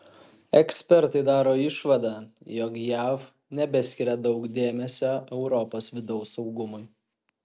ekspertai daro išvadą jog jav nebeskiria daug dėmesio europos vidaus saugumui